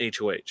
HOH